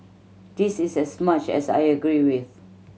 this is as much as I agree with